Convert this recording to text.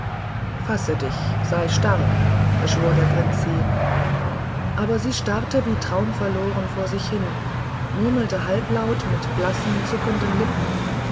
fasse dich sei stark beschwor der prinz sie aber sie starrte wie traumverloren vor sich hin und murmelte halblaut mit blassen zuckenden lippen